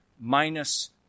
minus